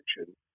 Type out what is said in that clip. action